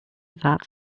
that